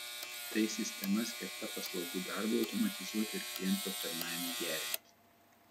tai sistema skirta paslaugų darbui automatizuoti ir klientų aptarnavimui gerinti